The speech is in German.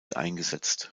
eingesetzt